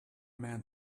man